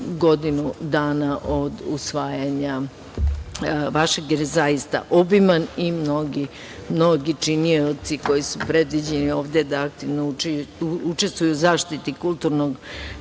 godinu dana od usvajanja vašeg, jer je zaista obiman i mnogi činioci koji su predviđeni ovde da aktivno učestvuju u zaštiti kulturnog